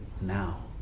now